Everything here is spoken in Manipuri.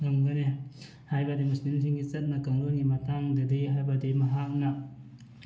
ꯉꯝꯒꯅꯤ ꯍꯥꯏꯕꯗꯤ ꯃꯨꯁꯂꯤꯝꯁꯤꯡꯒꯤ ꯆꯠꯅ ꯀꯥꯡꯂꯣꯟꯒꯤ ꯃꯇꯥꯡꯗꯗꯤ ꯍꯥꯏꯕꯗꯤ ꯃꯍꯥꯛꯅ